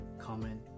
comment